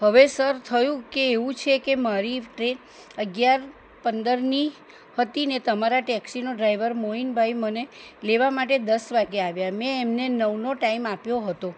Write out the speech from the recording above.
હવે સર થયું કેવું છે કે મારી ટ્રેન અગિયાર પંદરની હતી ને તમારા ટેક્સીનો ડ્રાઈવર મોઈનભાઈ મને લેવા માટે દસ વાગ્યે આવ્યા મેં એમને નવનો ટાઈમ આપ્યો હતો